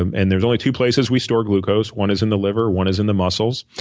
um and there's only two places we store glucose. one is in the liver. one is in the muscles.